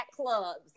clubs